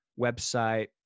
website